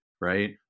right